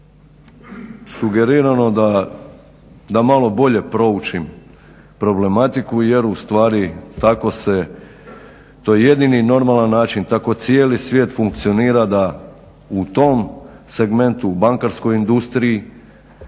sugerirano da malo bolje proučim problematiku, jer u stvari tako se, to je jedini normalni način, tako cijeli svijet funkcionira da u tom segmentu, u bankarskoj industriji